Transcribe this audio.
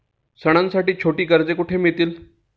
सणांसाठी छोटी कर्जे कुठे मिळतील?